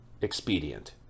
expedient